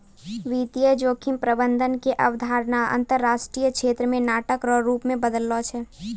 वित्तीय जोखिम प्रबंधन के अवधारणा अंतरराष्ट्रीय क्षेत्र मे नाटक रो रूप से बदललो छै